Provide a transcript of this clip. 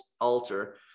altar